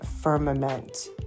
firmament